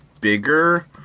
bigger